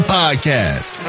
podcast